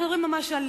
אנחנו מדברים ממש על